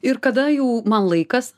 ir kada jų man laikas